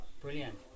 brilliant